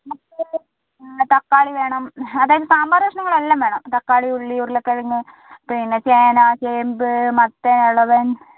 നമുക്ക് തക്കാളി വേണം അതായത് സാമ്പാർ കഷ്ണങ്ങളെല്ലാം വേണം തക്കാളി ഉള്ളി ഉരുളക്കിഴങ്ങ് പിന്നെ ചേന ചേമ്പ് മത്തൻ എളവൻ അങ്ങനെ എല്ലാം വേണം